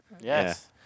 Yes